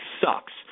sucks